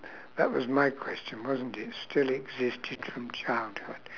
that was my question wasn't it still existed from childhood